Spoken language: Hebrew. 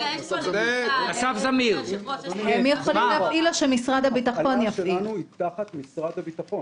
--- ההפעלה שלנו היא תחת משרד הביטחון.